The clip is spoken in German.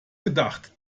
gedacht